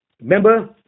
Remember